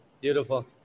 Beautiful